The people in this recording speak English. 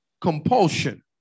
compulsion